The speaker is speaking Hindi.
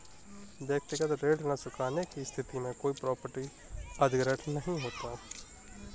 व्यक्तिगत ऋण न चुकाने की स्थिति में कोई प्रॉपर्टी अधिग्रहण नहीं होता